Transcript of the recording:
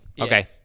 Okay